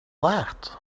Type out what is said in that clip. that